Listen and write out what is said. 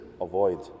Avoid